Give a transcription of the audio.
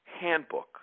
handbook